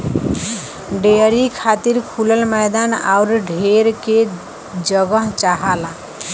dairy खातिर खुलल मैदान आउर ढेर के जगह चाहला